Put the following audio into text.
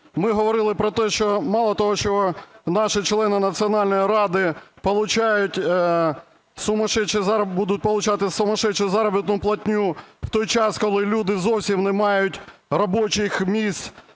Ми говорили про те, що мало того, що наші члени Національної ради получають сумасшедшие… будуть получати сумасшедшую заробітну платню в той час, коли люди зовсім не мають робочих місць